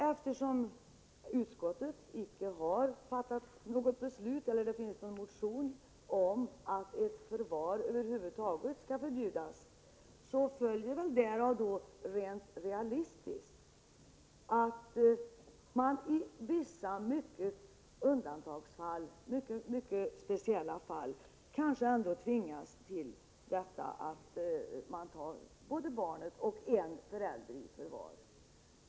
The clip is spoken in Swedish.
Eftersom utskottet inte har fattat något beslut eller det finns någon motion om att förvar skall förbjudas över huvud taget, följer därav rent realistiskt att man i vissa mycket speciella fall kanske ändå tvingas ta både barn och en förälder i förvar.